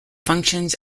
functions